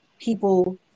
people